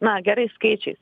na gerai skaičiais